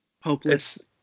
Hopeless